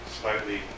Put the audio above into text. slightly